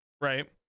right